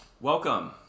welcome